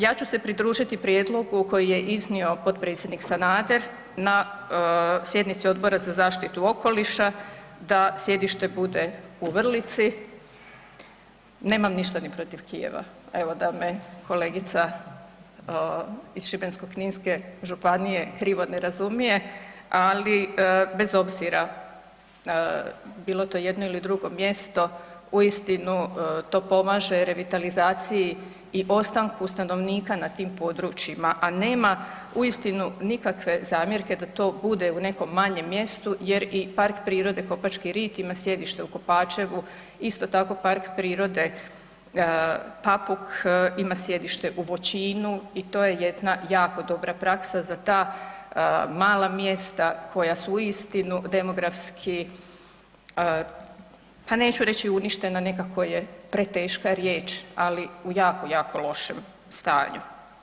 Ja ću se pridružiti prijedlogu koji je iznio potpredsjednik Sanader na sjednici Odbora za zaštitu okoliša da sjedište bude u Vrlici nemam ništa ni protiv Kijeva, evo da me kolegica iz Šibensko-kninske županije krivo ne razumije, ali bez obzira bilo to jedno ili drugo mjesto uistinu to pomaže revitalizaciji i ostanku stanovnika na tim područjima, a nema uistinu nikakve zamjerke da to bude u nekom manjem mjestu jer i PP Kopački rit ima sjedište u Kopačevu, isto tako PP Papuk ima sjedište u Voćinu i to je jedna jako dobra praksa za ta mala mjesta koja su uistinu demografski, pa neću reći uništena nekako je preteška riječ, ali u jako jako lošem stanju.